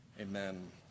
Amen